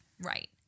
Right